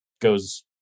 goes